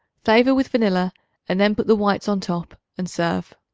flavor with vanilla and then put the whites on top and serve.